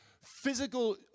physical